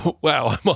Wow